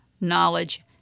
knowledge